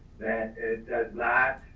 that it does not